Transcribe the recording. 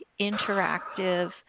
interactive